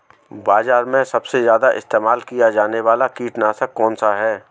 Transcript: बाज़ार में सबसे ज़्यादा इस्तेमाल किया जाने वाला कीटनाशक कौनसा है?